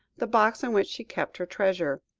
the box in which she kept her treasure,